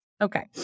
Okay